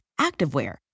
activewear